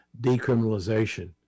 decriminalization